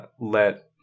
let